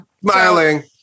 Smiling